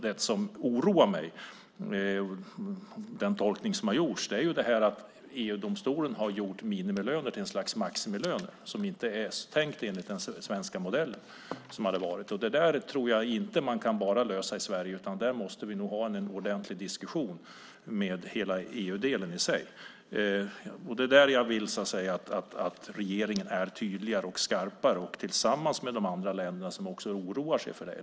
Det som oroar mig är däremot den tolkning som har gjorts att EU-domstolen har gjort minimilöner till ett slags maximilöner, vilket inte är tänkt enligt den svenska modellen. Det där tror jag inte att man kan lösa bara i Sverige, utan där måste vi ha en ordentlig diskussion med hela EU. Det är där jag vill att regeringen är tydligare och skarpare tillsammans med de andra länder som också oroar sig för det här.